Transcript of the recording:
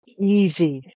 easy